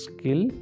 skill